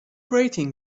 rating